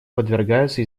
подвергаются